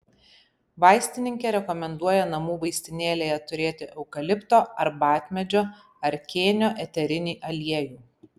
vaistininkė rekomenduoja namų vaistinėlėje turėti eukalipto arbatmedžio ar kėnio eterinį aliejų